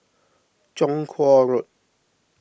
Chong Kuo Road